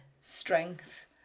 strength